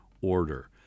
order